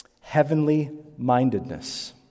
Heavenly-mindedness